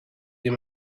you